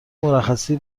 مرخصی